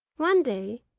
one day,